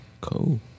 Cool